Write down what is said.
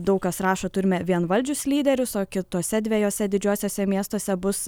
daug kas rašo turime vienvaldžius lyderius o kituose dviejuose didžiuosiuose miestuose bus